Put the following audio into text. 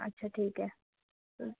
अच्छा ठीक आहे